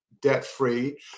debt-free